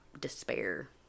despair